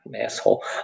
Asshole